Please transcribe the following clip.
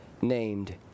named